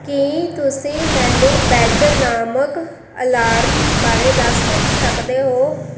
ਕੀ ਤੁਸੀਂ ਮੈਨੂੰ ਬੈੱਡ ਨਾਮਕ ਅਲਾਰਮ ਬਾਰੇ ਦੱਸ ਸਕਦੇ ਹੋ